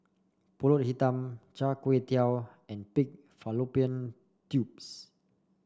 pulut Hitam Char Kway Teow and Pig Fallopian Tubes